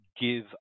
give